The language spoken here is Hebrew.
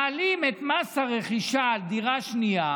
מעלים את מס הרכישה על דירה שנייה